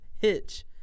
Hitch